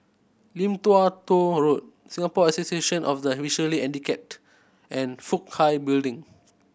Lim Tua Tow Road Singapore Association of the Visually Handicapped and Fook Hai Building